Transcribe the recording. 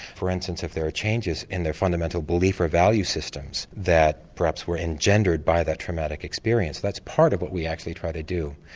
for instances if there are changes in their fundamental belief or value systems that perhaps were engendered by that traumatic experience, that's part of what we actually try to do.